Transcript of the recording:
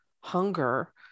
hunger